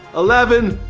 eleven,